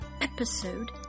episode